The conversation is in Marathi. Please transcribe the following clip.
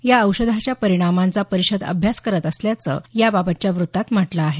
या औषधाच्या परिणामांचा परिषद अभ्यास करत असल्याचं याबाबतच्या व्रत्तात म्हटलं आहे